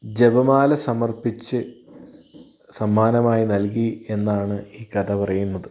ജപമാല സമർപ്പിച്ച് സമ്മാനമായി നൽകി എന്നാണ് ഈ കഥ പറയുന്നത്